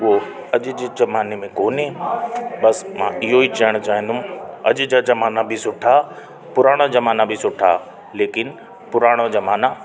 हुओ अॼु जे ज़माने में कोन्हे बसि मां इहेई चवण चाहिंदुमि अॼु जा ज़माना बि सुठा पुराणा जमाना बि सुठा लेकिन पुराणो ज़माना